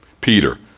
Peter